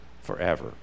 forever